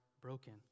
broken